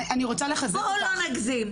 בואו לא נגזים.